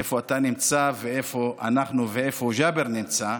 איפה אתה נמצא, איפה אנחנו ואיפה ג'אבר נמצא.